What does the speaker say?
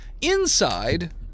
Inside